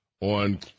on